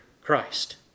Christ